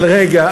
אבל רגע,